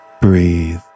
Breathe